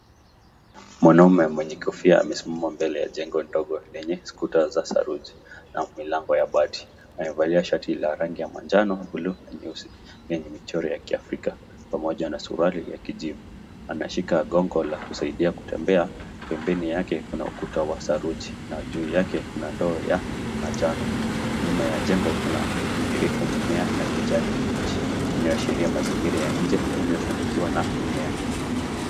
Mwanaume mwenye kofia amesimama mbele ya jengo ndogo lenye kuta za saruji na lango la bati. Amevalia shati la rangi ya manjano, bluu na nyeusi yenye michoro ya kiafrika pamoja na suruali ya kijivu. Anashiki gongo la kusaidia kutembea na pembeni yake kuna ukuta wa saruji, juu yake kuna ndoo ya manjano. Nyuma ya jengo kuna miti mirefu mimea ya kijani kibichi inaashiria mazingira ya nje iliyofunikiwa na mimea.